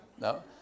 No